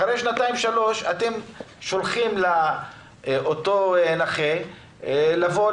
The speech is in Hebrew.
אחרי שנתיים שלוש אתם מזמינים את הנכה לוועדה